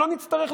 כן.